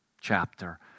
chapter